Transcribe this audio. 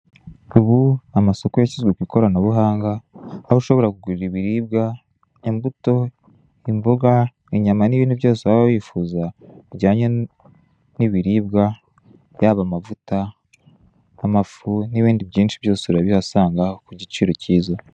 Ubu amasoko yashyizwe ku ikoranabuhanga aho ushobora kugurira ibiribwa, imbuto, imboga, imyama n'ibindi byose waba wifuza bijyanye n'ibiribwa yaba amavuta, amafu n'ibindi byinshi byose urabihasanga ku giciro kiza.